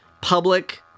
public